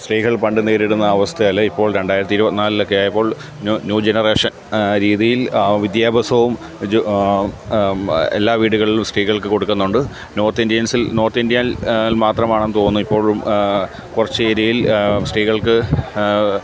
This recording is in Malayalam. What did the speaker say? സ്ത്രീകൾ പണ്ട് നേരിടുന്ന അവസ്ഥയല്ല ഇപ്പോൾ രണ്ടായിരത്തി ഇരുപത്തിനാലിലൊക്കെ ആയപ്പോൾ ന്യൂ ന്യൂ ജനറേഷൻ രീതിയിൽ വിദ്യാഭ്യാസവും എല്ലാ വീടുകളിലും സ്ത്രീകൾക്ക് കൊടുക്കുന്നുണ്ട് നോർത്ത് ഇന്ത്യൻസിൽ നോർത്ത് ഇന്ത്യയിൽ മാത്രമാണെന്ന് തോന്നുന്നു ഇപ്പോഴും കുറച്ച് ഏരിയയിൽ സ്ത്രീകൾക്ക്